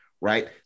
right